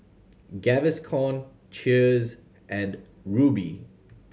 Gaviscon Cheers and Rubi